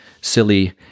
silly